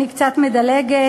אני קצת מדלגת,